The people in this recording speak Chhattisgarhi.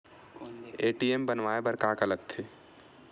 ए.टी.एम बनवाय बर का का लगथे?